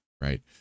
right